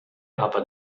aber